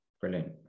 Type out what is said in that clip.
brilliant